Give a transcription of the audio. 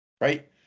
Right